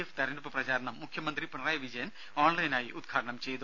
F തെരഞ്ഞെടുപ്പ് പ്രചാരണം മുഖ്യമന്ത്രി പിണറായി വിജയൻ ഓൺലൈനായി ഉദ്ഘാടനം ചെയ്തു